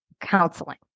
counseling